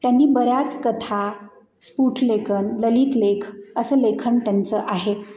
त्यांनी बऱ्याच कथा स्फुट लेखन ललितलेख असं लेखन त्यांचं आहे